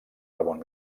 ramon